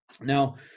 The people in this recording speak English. Now